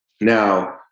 Now